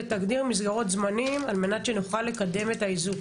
ותגדיר מסגרות זמנים על מנת שנוכל לקדם את האיזוק.